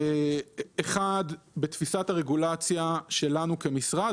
שדבר ראשון בתפיסת הרגולציה שלנו כמשרד,